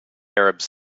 arabs